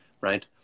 right